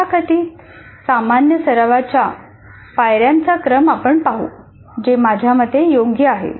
तथाकथित सामान्य सरावाच्या पायऱ्यांचा क्रम आपण पाहू जे माझ्या मते योग्य आहे